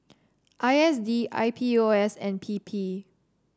I S D I P O S and P P